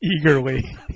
eagerly